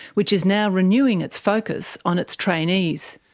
which is now renewing its focus on its trainees.